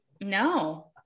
No